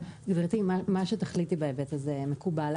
גברתי, מה שתחליט בהיבט הזה, מקובל.